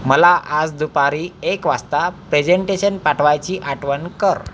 मला आज दुपारी एक वाजता प्रेझेंटेशन पाठवायची आठवण कर